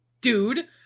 dude